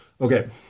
Okay